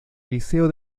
liceo